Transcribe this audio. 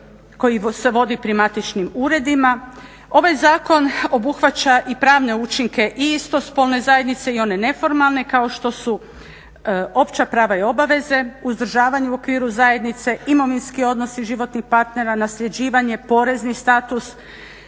koji se vodi pri matičnim uredima, ovaj zakon obuhvaća i pravne učinke i istospolne zajednice i one neformalne kao što su opća prava i obaveze, uzdržavanje u okviru zajednice, imovinski odnosi životnih partera, nasljeđivanje, porezni status,